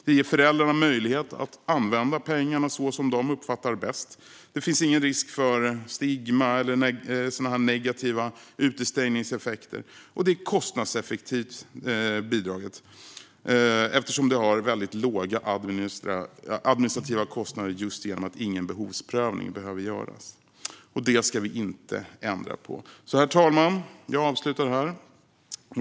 Det ger föräldrarna möjlighet att använda pengarna som de uppfattar bäst. Det finns ingen risk för stigma eller negativa utestängningseffekter. Bidraget är kostnadseffektivt eftersom det har väldigt låga administrativa kostnader just genom att ingen behovsprövning behöver göras. Det ska vi inte ändra på. Herr talman! Jag avslutar här.